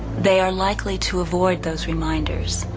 they are unlikely to avoid those reminders.